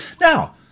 Now